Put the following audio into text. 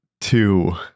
Two